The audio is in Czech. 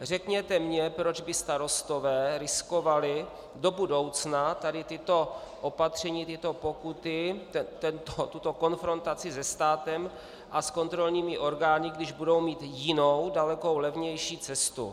Řekněte mně, proč by starostové riskovali do budoucna tato opatření, tyto pokuty, tuto konfrontaci se státem a s kontrolními orgány, když budou mít jinou, daleko levnější cestu.